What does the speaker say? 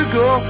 go